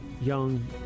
young